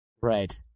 Right